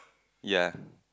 ya